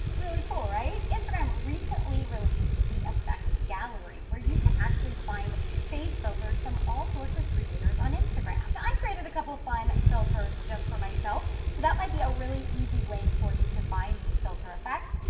really cool right? instagram recently released the effects gallery, when you can actually find face filters from all sorts of creators on instagram. now but i created a couple of fun filters just for myself, so that might be a really easy way for you to find these filter effects.